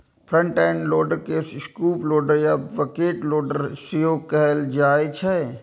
front end loader के scoop loader या bucket loader सेहो कहल जाइ छै